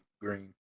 green